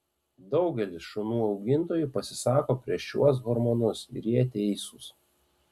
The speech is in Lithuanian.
daugelis šunų augintojų pasisako prieš šiuos hormonus ir jie teisūs